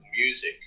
music